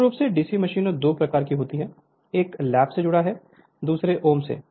मूल रूप से डीसी मशीनें दो प्रकार की होती हैं एक लैप से जुड़ा है दूसरा ओम है